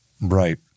Right